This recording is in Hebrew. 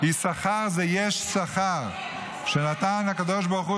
יששכר זה "יש שכר" שנתן הקדוש ברוך הוא